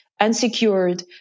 unsecured